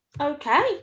Okay